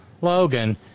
Logan